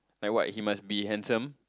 like what he must be handsome